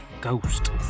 Ghost